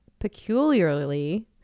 Peculiarly